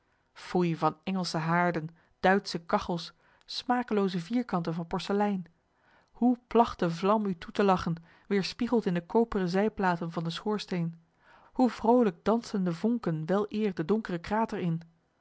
foei van engelsche haarden duitsche kagchels smakelooze vierkanten van porselein hoe plagt de vlam u toe te lagchen weêrspiegeld in de koperen zijplaten van den schoorsteen hoe vrolijk dansten de vonken weleer den donkeren krater in